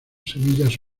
semillas